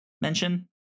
mention